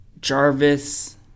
Jarvis